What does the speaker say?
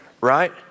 Right